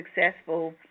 successful